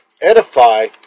edify